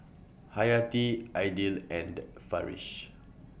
Hayati Aidil and Farish